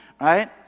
right